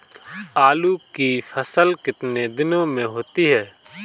आलू की फसल कितने दिनों में होती है?